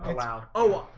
loud oh,